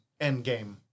Endgame